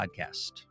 Podcast